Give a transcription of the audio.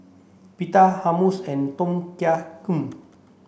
Pita Hummus and Tom Kha